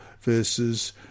verses